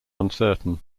uncertain